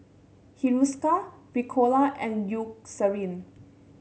Hiruscar Ricola and Eucerin